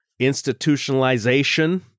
institutionalization